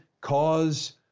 cause